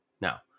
Now